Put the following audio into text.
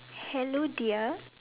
hello dear